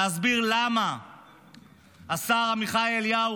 להסביר למה השר עמיחי אליהו,